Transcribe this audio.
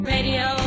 Radio